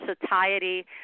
satiety